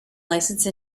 licence